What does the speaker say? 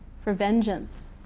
for vengeance,